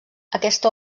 aquesta